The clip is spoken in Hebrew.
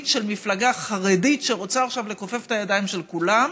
של מפלגה חרדית שרוצה עכשיו לכופף את הידיים של כולם,